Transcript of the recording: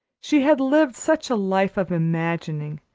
she had lived such a life of imagining,